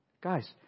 guys